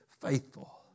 faithful